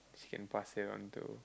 can pass it around to